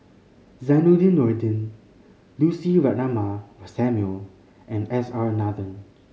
Zainudin Nordin Lucy Ratnammah Samuel and S R Nathan